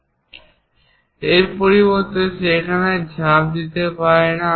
এবং এর পরিবর্তে সেখানে ঝাঁপ দিতে পারি না